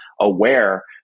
aware